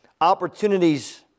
opportunities